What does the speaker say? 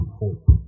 hope